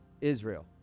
Israel